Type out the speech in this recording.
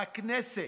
הכנסת,